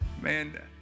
Man